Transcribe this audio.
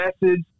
message